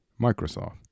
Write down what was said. Microsoft